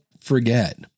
forget